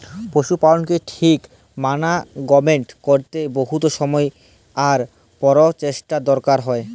পশু পালকের ঠিক মানাগমেন্ট ক্যরতে বহুত সময় আর পরচেষ্টার দরকার হ্যয়